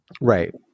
Right